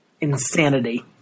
insanity